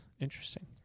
Interesting